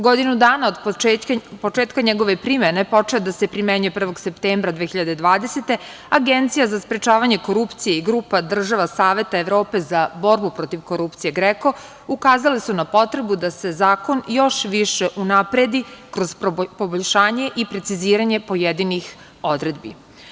Godinu dana od početka njegove primene, počeo je da se primenjuje 1. septembra 2020. godine, Agencija za sprečavanje korupcije i Grupa država Saveta Evrope za borbu protiv korupcije GREKO ukazale su na potrebu da se zakon još više unapredi kroz poboljšanje i preciziranje pojedinih odredbi.